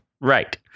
Right